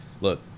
look